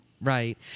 right